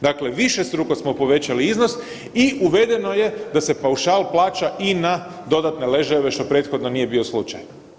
Dakle, višestruko smo povećali iznos i uvedeno je da se paušal plaća i na dodatne ležajeve što prethodno nije bio slučaj.